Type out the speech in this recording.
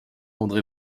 andré